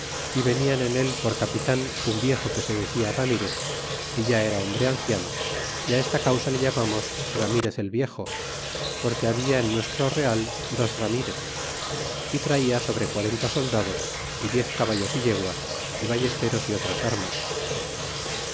y venian en él por capitan un viejo que se decia rarnirez é ya era hombre anciano y esta causa le llamamos ramirez el viejo porque habla en nuestro real dos raruirez y traia sobre quarenta soldados y diez caballos é yeguas y vallesteros y otras armas